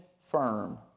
firm